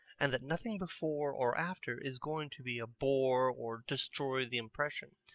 and that nothing before or after is going to be a bore or destroy the impression.